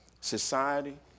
society